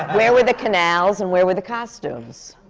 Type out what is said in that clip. where were the canals and where were the costumes?